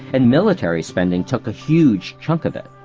and military spending took a huge chunk of it.